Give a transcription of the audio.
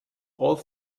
all